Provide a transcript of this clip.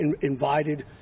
invited